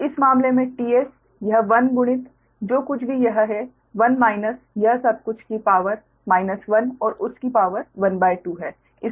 तो इस मामले में tS यह 1 गुणित जो कुछ भी यह है 1 माइनस यह सब कुछ की पावर माइनस 1 और उसकी पावर ½ है